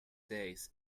days